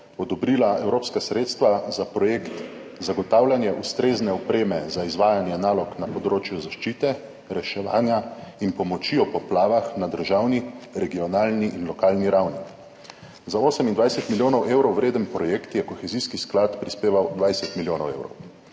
odobrila evropska sredstva za projekt Zagotavljanje ustrezne opreme za izvajanje nalog na področju zaščite, reševanja in pomoči ob poplavah na državni, regionalni in lokalni ravni. Za 28 milijonov evrov vreden projekt je Kohezijski sklad prispeval 20 milijonov evrov.